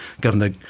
governor